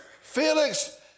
Felix